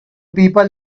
people